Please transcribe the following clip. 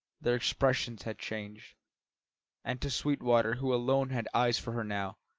their expression had changed and to sweetwater, who alone had eyes for her now,